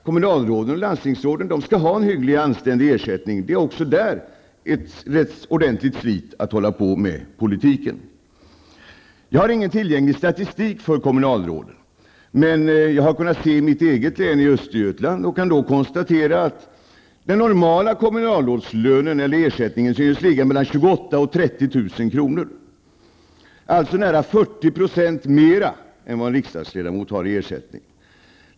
Kommunalråden och landstingsråden skall ha en hygglig och anständig ersättning; det är också för dem ett ordentligt slit att hålla på med politiken. Jag har ingen egentlig statistik för kommunalråden, men jag har kunnat se i mitt eget län, i Östergötland, och kan då konstatera att den normala ersättningen till kommunalråd ligger mellan 28 000 och 30 000 kr., alltså nära 40 % mer än vad en riksdagsledamot har i ersättning.